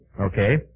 Okay